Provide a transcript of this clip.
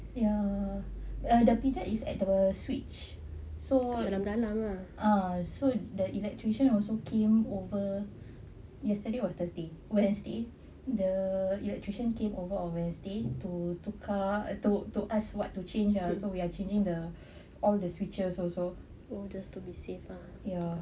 ya err the pijat is at the switch so the electrician also came over yesterday was thursday wednesday the electrician came over on wednesday to to to ask what to change ah so we are changing the all the switches also just to be safer ya